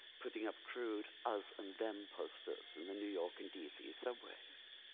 putting up crude us and them posters in the new york and dc subways.